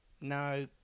no